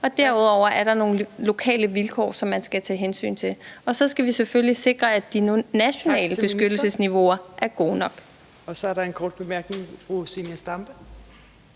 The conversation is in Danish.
Derudover er der nogle lokale vilkår, som man skal tage hensyn til, og så skal vi selvfølgelig sikre, at de nationale beskyttelsesniveauer er gode nok. Kl. 17:35 Fjerde næstformand (Trine Torp):